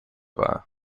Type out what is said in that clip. war